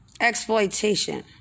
Exploitation